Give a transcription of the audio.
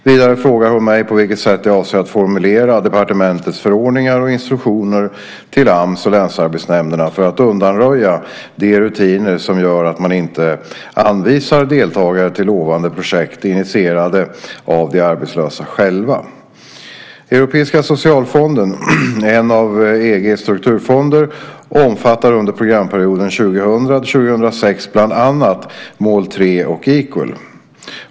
Vidare frågar hon mig på vilket sätt jag avser att formulera departementets förordningar och instruktioner till Ams och länsarbetsnämnderna för att undanröja de rutiner som gör att man inte anvisar deltagare till lovande projekt initierade av de arbetslösa själva. Europeiska socialfonden, en av EG:s strukturfonder, omfattar under programperioden 2000-2006 bland annat mål 3 och Equal.